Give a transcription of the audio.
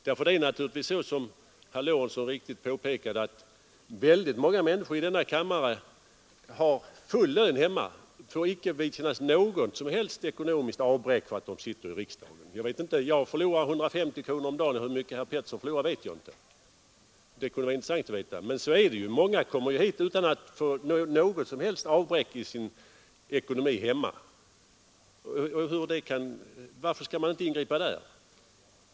Det är naturligtvis som herr Lorentzon riktigt påpekade väldigt många människor i denna kammare som har full lön hemma; de får icke vidkännas något som helst ekonomiskt avbräck för att de sitter i riksdagen. Jag för min del förlorar 150 kronor om dagen. Hur mycket herr Pettersson i Örebro förlorar vet jag inte — det kunde vara intressant att veta. Men så är det: Många kommer hit utan att få något som helst avbräck i sin ekonomi hemma. Varför skall man inte ingripa där?